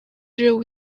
through